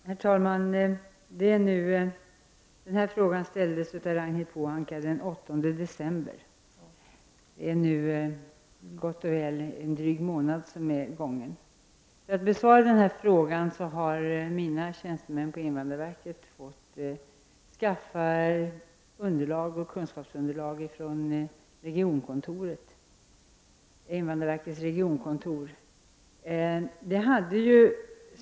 Herr talman! Den här frågan ställdes av Ragnhild Pohanka den 8 december 1989. Det är nu gott och väl en månad som har gått sedan dess. För att besvara den här frågan har mina tjänstemän på invandrarverket fått skaffa underlag från invandrarverkets regionkontor.